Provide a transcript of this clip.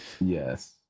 Yes